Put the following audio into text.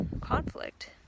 conflict